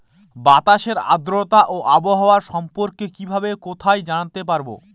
বাতাসের আর্দ্রতা ও আবহাওয়া সম্পর্কে কিভাবে কোথায় জানতে পারবো?